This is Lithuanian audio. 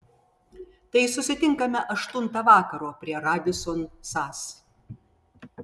tai susitinkame aštuntą vakaro prie radisson sas